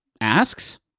asks